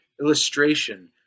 illustration